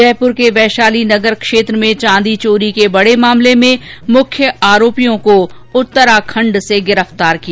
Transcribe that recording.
जयपुर के वैशाली नगर क्षेत्र में चांदी चोरी के बड़े मामले में मुख्य आरोपियों को उत्तराखंड से गिरफ्तार किया